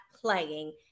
playing